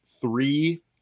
three